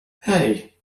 hey